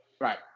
Right